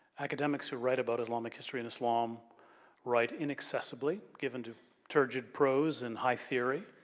academics who write about islamic history and islam write inaccessibly, given to turgid prose and high theory.